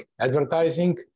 advertising